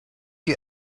you